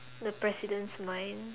the presidents mind